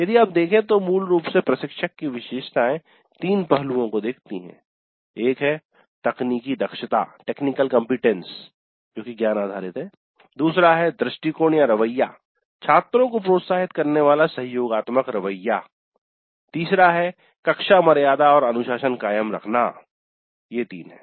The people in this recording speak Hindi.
यदि आप देखें तो मूल रूप से प्रशिक्षक की विशेषताएं तीन पहलुओं को देखती हैं एक है तकनीकी दक्षता ज्ञान आधारित दूसरा है दृष्टिकोणरवैया छात्रों को प्रोत्साहित करने वाला सहयोगात्मक रवैया तीसरा है कक्षा मर्यादा और अनुशासन कायम रखना है